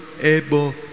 able